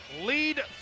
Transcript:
lead